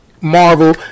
Marvel